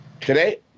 Today